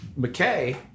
McKay